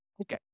Okay